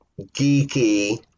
geeky